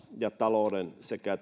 ja vahvistettu kuntataloutta sekä